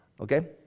okay